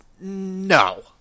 No